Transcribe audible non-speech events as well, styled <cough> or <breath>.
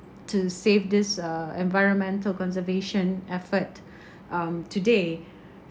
to save this uh environmental conservation effort <breath> um today